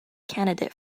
candidate